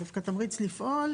דווקא תמריץ לפעול,